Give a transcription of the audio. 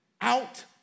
out